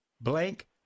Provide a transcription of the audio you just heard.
blank